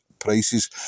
prices